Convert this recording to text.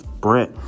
Brett